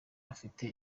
afite